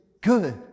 good